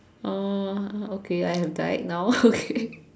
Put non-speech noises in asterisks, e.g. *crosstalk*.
oh okay I have died now okay *laughs*